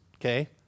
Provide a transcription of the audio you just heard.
okay